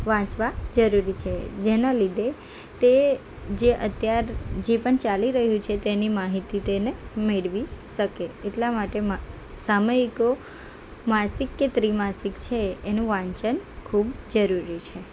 વાંચવા જરૂરી છે જેના લીધે તે જે અત્યાર જે પણ ચાલી રહ્યું છે તેની માહિતી તેને મેળવી શકે એટલા માટે સામયિકો માસિક કે ત્રિમાસિક છે એનું વાંચન ખૂબ જરૂરી છે